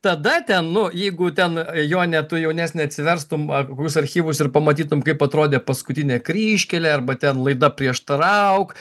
tada ten nu jeigu ten jone tu jaunesnė atsiverstum a kokius archyvus ir pamatytum kaip atrodė paskutinė kryžkelė arba ten laida prieštarauk